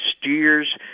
steers